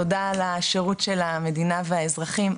תודה על השירות של המדינה והאזרחים,